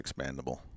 expandable